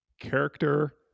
character